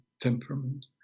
temperament